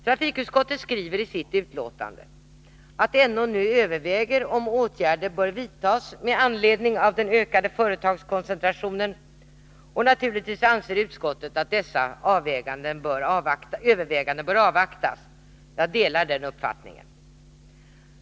Trafikutskottet skriver i sitt betänkande att NO nu överväger om åtgärder bör vidtas med anledning av den ökade företagskoncentrationen, och naturligtvis anser utskottet att dessa överväganden bör avvaktas. Jag delar den uppfattningen.